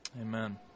Amen